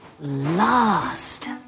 last